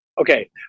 Okay